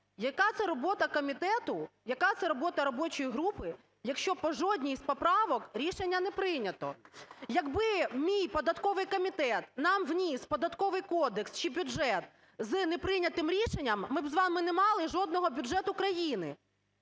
Яка це робота комітету, яка це робота робочої групи, якщо по жодній із поправок рішення не прийнято? Якби мій податковий комітет нам вніс Податковий кодекс чи бюджет з неприйнятими рішеннями, ми б з вами не мали жодного бюджету країни!